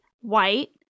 white